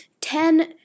Ten